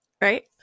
Right